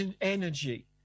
energy